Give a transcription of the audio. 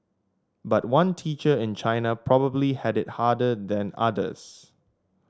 but one teacher in China probably had it harder than others